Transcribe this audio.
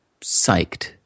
psyched